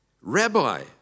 Rabbi